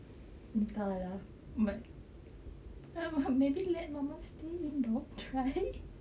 ya lah but maybe let mama stay in dorm try